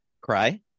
Cry